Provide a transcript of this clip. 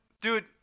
Dude